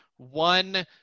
One